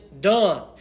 done